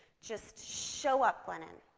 just show up, glennon,